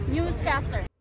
Newscaster